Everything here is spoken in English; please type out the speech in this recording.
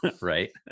right